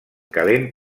calent